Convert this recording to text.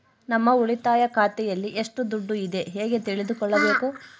ನಮ್ಮ ಉಳಿತಾಯ ಖಾತೆಯಲ್ಲಿ ಎಷ್ಟು ದುಡ್ಡು ಇದೆ ಹೇಗೆ ತಿಳಿದುಕೊಳ್ಳಬೇಕು?